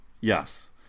Yes